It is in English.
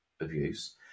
abuse